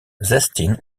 zestien